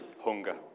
Hunger